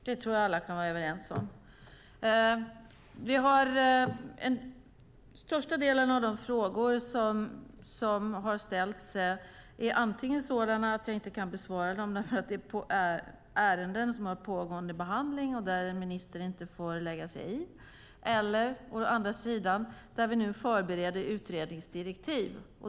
De flesta frågor som har ställts är antingen sådana som jag inte kan besvara eftersom det är ärenden under pågående behandling där en minister inte får lägga sig i eller också är det områden där vi förbereder utredningsdirektiv.